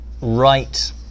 right